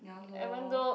ya lor